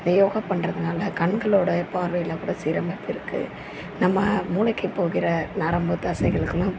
இந்த யோகா பண்ணுறதுனால கண்களோடய பார்வையில் கூட சீரமைப்பு இருக்குது நம்ம மூளைக்கு போகிற நரம்பு தசைகளுக்கெல்லாம்